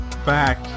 back